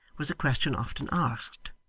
was a question often asked,